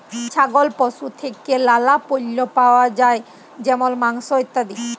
ছাগল পশু থেক্যে লালা পল্য পাওয়া যায় যেমল মাংস, ইত্যাদি